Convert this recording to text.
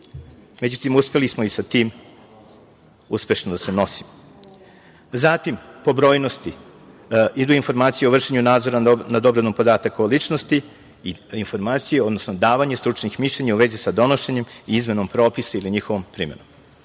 Međutim, uspeli smo i sa tim uspešno da se nosimo. Po brojnosti, idu informacije o vršenju nadzora nad obradom podataka o ličnosti i informacije odnosno davanje stručnih mišljenja u vezi sa donošenjem i izmenom propisa ili njihovom primenom. Što